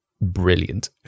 Brilliant